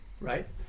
right